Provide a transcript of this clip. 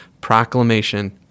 proclamation